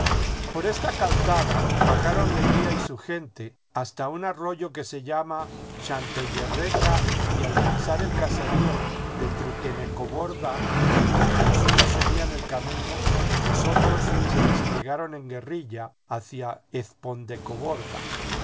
por esta calzada bajaron leguía y su gente hasta un arroyo que se llama shantellerreca y al divisar el caserío de truquenecoborda mientras los unos seguían el camino los otros se desplegaron en guerrilla hacia ezpondecoborda en